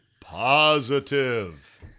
positive